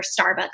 Starbucks